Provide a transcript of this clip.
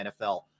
NFL